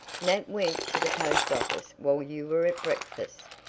nat went to the post-office while you were at breakfast.